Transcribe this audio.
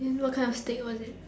and what kind of thing was it